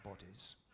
bodies